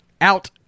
out